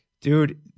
Dude